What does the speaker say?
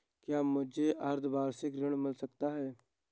क्या मुझे अर्धवार्षिक ऋण मिल सकता है?